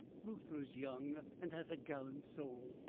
reuther is young, and has a gallant soul.